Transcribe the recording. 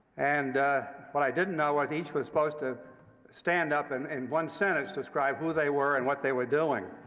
and what i didn't know was each was supposed to stand up and, in one sentence, describe who they were and what they were doing.